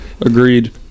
agreed